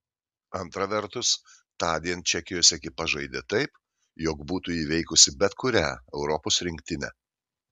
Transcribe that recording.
antra vertus tądien čekijos ekipa žaidė taip jog būtų įveikusi bet kurią europos rinktinę